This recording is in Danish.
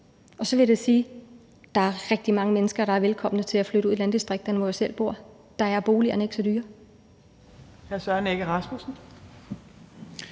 Og så vil jeg da sige: Der er rigtig mange mennesker, der er velkomne til at flytte ud i landdistrikterne, hvor jeg selv bor. Der er boligerne ikke så dyre.